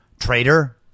traitor